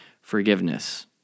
forgiveness